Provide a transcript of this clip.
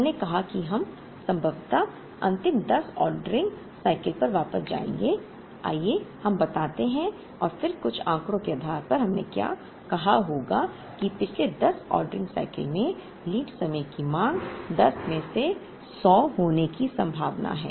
हमने कहा कि हम संभवत अंतिम 10 ऑर्डरिंग साइकल पर वापस जाएंगे आइए हम बताते हैं और फिर कुछ आंकड़ों के आधार पर हमने कहा होगा कि पिछले 10 ऑर्डरिंग साइकल में लीड समय की मांग 10 में से 100 होने की संभावना है